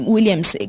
Williams